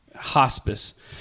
hospice